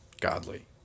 godly